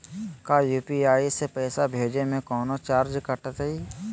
का यू.पी.आई से पैसा भेजे में कौनो चार्ज कटतई?